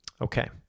Okay